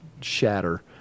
shatter